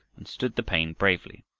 and stood the pain bravely.